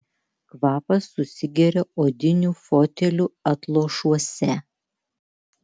kvapas susigeria odinių fotelių atlošuose